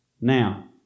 Now